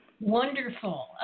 Wonderful